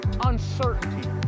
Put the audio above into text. uncertainty